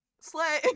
Slay